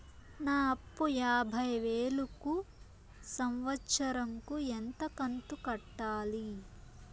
నా అప్పు యాభై వేలు కు సంవత్సరం కు ఎంత కంతు కట్టాలి?